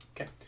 Okay